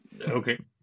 okay